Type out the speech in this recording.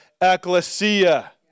ecclesia